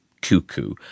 cuckoo